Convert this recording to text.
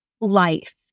life